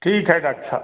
ठीक है डाक साहब